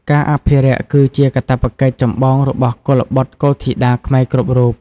ការអភិរក្សគឺជាកាតព្វកិច្ចចម្បងរបស់កុលបុត្រកុលធីតាខ្មែរគ្រប់រូប។